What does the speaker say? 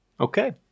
Okay